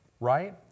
Right